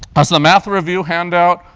so math review handout.